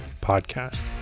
podcast